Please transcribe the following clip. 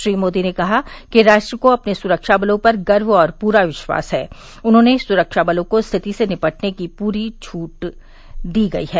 श्री मोदी ने कहा कि राष्ट्र को अपने सुरक्षाबलों पर गर्व और पूरा विश्वास है और सुरक्षा बलों को स्थिति से निपटने की पूरी छूट दी गई है